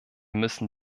müssen